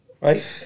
right